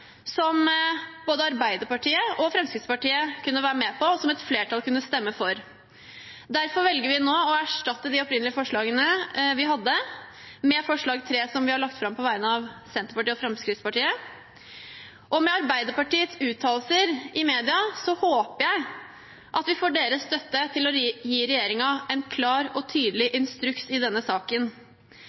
som både Arbeiderpartiet og Fremskrittspartiet kunne være med på, og som et flertall kunne stemme for. Derfor velger vi nå å erstatte de opprinnelige forslagene vi hadde, med forslag nr. 3, som jeg legger fram på vegne av Senterpartiet og Fremskrittspartiet. Og med Arbeiderpartiets uttalelser i media håper jeg at vi får deres støtte til å gi regjeringen en klar og tydelig instruks i denne saken.